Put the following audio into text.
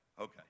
Okay